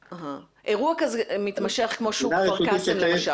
--- אירוע מתמשך כמו שוק כפר קאסם למשל,